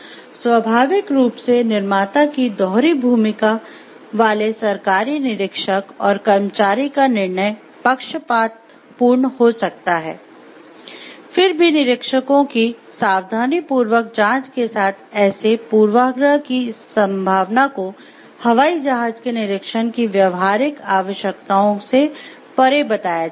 स्वाभाविक रूप से निर्माता की दोहरी भूमिका वाले सरकारी निरीक्षक और कर्मचारी का निर्णय पक्षपातपूर्ण हो सकता है फिर भी निरीक्षकों की सावधानीपूर्वक जांच के साथ ऐसे पूर्वाग्रह की संभावना को हवाई जहाज के निरीक्षण की व्यावहारिक आवश्यकताओं से परे बताया जाता है